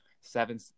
seven